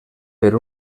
per